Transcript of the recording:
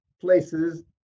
places